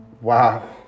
wow